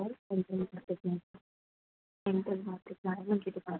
लाजपत नगर में centre market में centre market में आहे न दुकानु आहे